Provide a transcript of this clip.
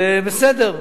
בסדר.